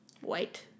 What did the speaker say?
white